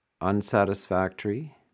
unsatisfactory